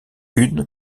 une